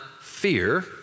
fear